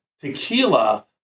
tequila